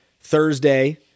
Thursday